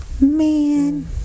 Man